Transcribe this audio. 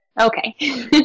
Okay